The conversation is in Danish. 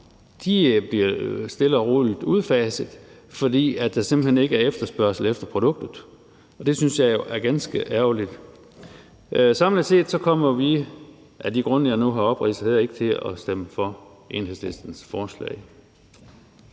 bliver stille og roligt udfaset, fordi der simpelt hen ikke er efterspørgsel efter produktet, og det synes jeg jo er ganske ærgerligt. Samlet set kommer vi af de grunde, jeg nu har opridset her, ikke til at stemme for Enhedslistens forslag.